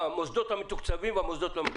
המוסדות המתוקצבים והמוסדות הלא מתוקצבים.